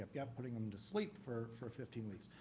yap, putting them to sleep for for fifteen weeks.